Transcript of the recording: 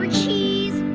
keys